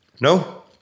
No